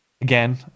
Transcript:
Again